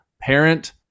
parent